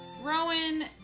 Rowan